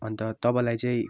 अन्त तपाईँलाई चाहिँ